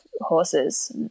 horses